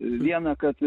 viena kad